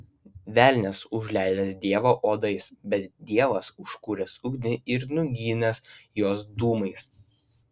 velnias užleidęs dievą uodais bet dievas užkūręs ugnį ir nuginęs juos dūmais